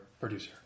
producer